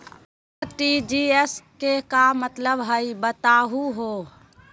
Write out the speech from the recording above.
RTGS के का मतलब हई, बताहु हो?